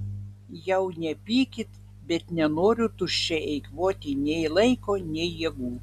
jau nepykit bet nenoriu tuščiai eikvoti nei laiko nei jėgų